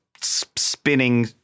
spinning